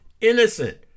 innocent